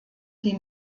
die